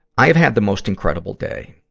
i have had the most incredible day.